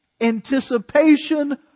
anticipation